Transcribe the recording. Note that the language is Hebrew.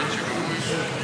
45 בעד,